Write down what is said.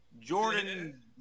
Jordan